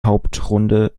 hauptrunde